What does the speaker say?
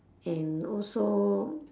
and also